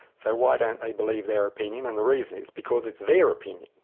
so why don't they believe their opinion, and the reason is because it's their opinion,